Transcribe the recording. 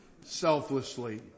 selflessly